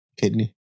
Kidney